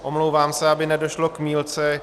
Omlouvám se, aby nedošlo k mýlce.